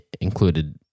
included